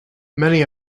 many